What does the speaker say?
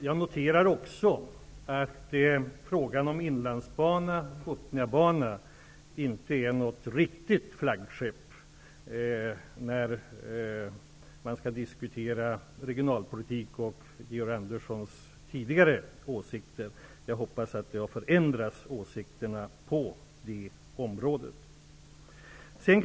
Jag noterar också att frågan om Inlandsbanan och Botniabanan inte är något riktigt flaggskepp i diskussionen om regionalpolitik och Georg Anderssons tidigare åsikter. Jag hoppas att hans åsikter har ändrats på detta område.